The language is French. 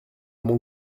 mon